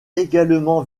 également